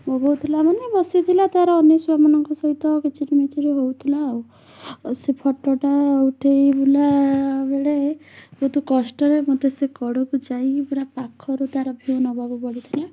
ବୋବୋଉଥିଲା ମାନେ ବସିଥିଲା ତା'ର ଅନ୍ୟ ଶୁଆମାନଙ୍କ ସହିତ କିଚିରି ମିଚିରି ହେଉଥିଲା ଆଉ ଆଉ ସେଇ ଫୋଟୋଟା ଉଠେଇଲା ବେଳେ ବହୁତ କଷ୍ଟରେ ମୋତେ ସେ କଡ଼କୁ ଯାଇକି ପୁରା ପାଖରୁ ତା'ର ଭିୟୁ ନେବାକୁ ପଡ଼ିଥିଲା